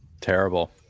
Terrible